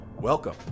Welcome